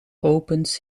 opens